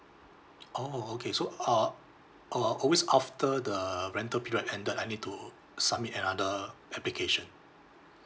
oh oh okay so uh oh are always after the rental period ended I need to submit another application